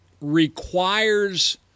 requires –